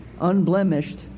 Unblemished